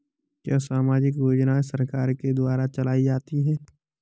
क्या सामाजिक योजनाएँ सरकार के द्वारा चलाई जाती हैं?